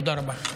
תודה רבה.